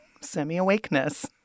semi-awakeness